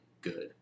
good